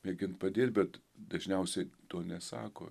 mėgint padėt bet dažniausiai to nesako